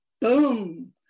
Boom